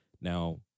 Now